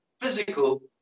physical